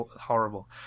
horrible